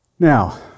Now